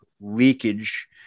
leakage